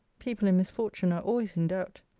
people in misfortune are always in doubt.